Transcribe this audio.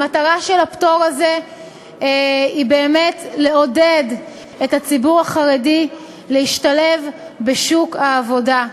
המטרה של הפטור הזה היא באמת לעודד את הציבור החרדי להשתלב בשוק העבודה.